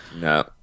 no